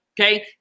Okay